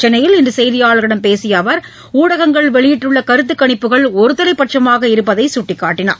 சென்னையில் இன்றுசெய்தியாளர்களிடம் பேசியஅவர் ஹடகங்கள் வெளியிட்டுள்ளகருத்துக்கணிப்புகள் ஒருதலைபட்சமாக இருப்பதாகசுட்டிக்காட்டினார்